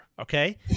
okay